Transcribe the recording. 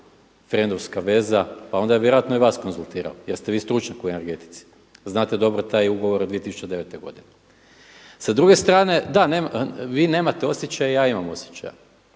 frendovska veza pa onda je vjerojatno i vas konzultirao jer ste vi stručnjak u energetici ,znate dobro taj ugovor od 2009. godine. Sa druge strane, da vi nemate osjećaj ja imam osjećaj,